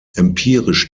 empirisch